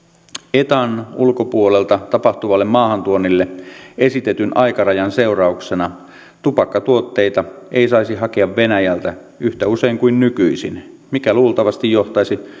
etan ulkopuolelta tapahtuvalle maahantuonnille esitetyn aikarajan seurauksena tupakkatuotteita ei saisi hakea venäjältä yhtä usein kuin nykyisin mikä luultavasti johtaisi